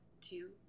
two